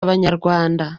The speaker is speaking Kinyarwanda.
abanyarwanda